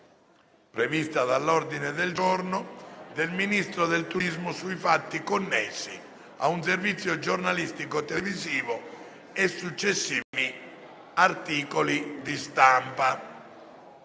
reca: «Informativa del Ministro del turismo sui fatti connessi a un servizio giornalistico televisivo e successivi articoli di stampa».